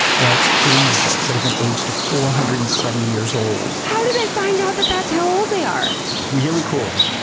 like greenland sharks that have been aged to four hundred and seventy years old. how do they find out that that's how old they are! really cool.